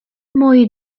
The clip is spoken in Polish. moi